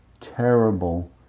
terrible